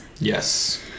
Yes